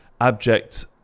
abject